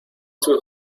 too